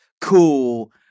cool